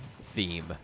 theme